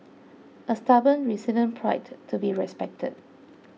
a stubborn resilient pride to be respected